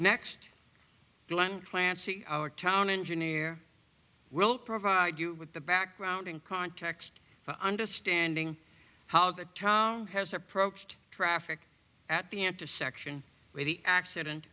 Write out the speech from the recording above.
next glen clancy our town engineer will provide you with the background and context for understanding how the tom has approached traffic at the end to section where the accident